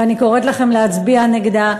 ואני קוראת לכם להצביע נגדה.